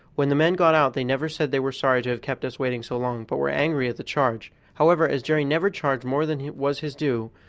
when the men got out they never said they were sorry to have kept us waiting so long, but were angry at the charge however, as jerry never charged more than was his due,